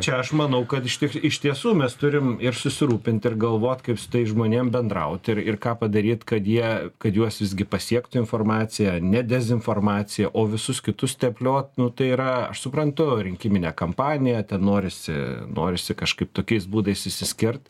čia aš manau kad išties iš tiesų mes turim ir susirūpint ir galvot kaip su tais žmonėm bendraut ir ir ką padaryt kad jie kad juos visgi pasiektų informacija ne dezinformacija o visus kitus tepliot nu tai yra aš suprantu rinkiminė kampanija ten norisi norisi kažkaip tokiais būdais išsiskirt